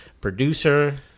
producer